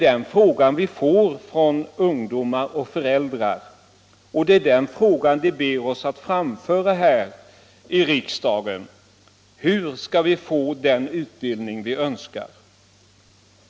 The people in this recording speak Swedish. Den fråga vi får från ungdomar och föräldrar och den fråga de ber oss framföra här i riksdagen är: Hur skall vi få den utbildning vi önskar?